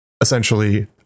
essentially